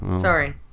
sorry